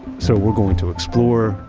so we're going to explore,